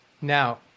Now